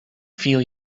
feel